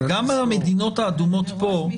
גם על המדינות האדומות פה ------ מי